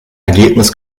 ergebnis